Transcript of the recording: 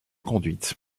conduite